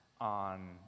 on